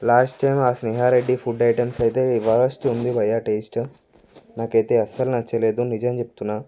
last time Sneha Reddy food items అయితే worst ఉంది భయ్యా టేస్టు నాకు అయితే అస్సలు నచ్చలేదు నిజం చెబుతున్నాను